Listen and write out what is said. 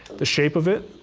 the shape of it,